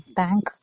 thank